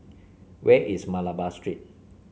where is Malabar Street